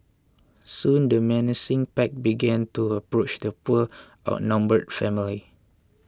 soon the menacing pack began to approach the poor outnumbered family